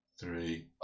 three